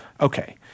Okay